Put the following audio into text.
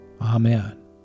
Amen